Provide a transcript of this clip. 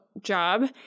job